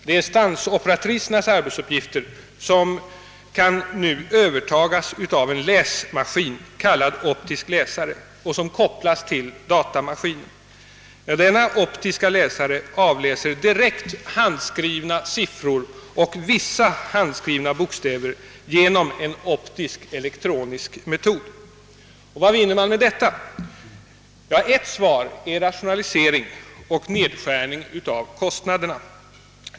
Det är stansoperatrisernas arbetsuppgifter som kan övertagas av en läsmaskin som kallas optisk läsare och som kopplas till datamaskinen. Denna optiska läsare avläser direkt handskrivna siffror och vissa handskrivna bokstäver genom en optisk elektronisk metod. Och vad vinner man med detta? Ja, ett svar är rationalisering och nedskärning av kostnaderna.